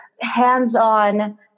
hands-on